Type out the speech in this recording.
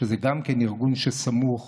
שגם הוא ארגון סמוך